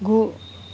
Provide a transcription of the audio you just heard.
गु